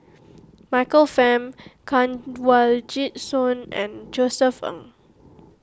Michael Fam Kanwaljit Soin and Josef Ng